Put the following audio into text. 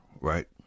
right